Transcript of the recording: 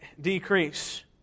decrease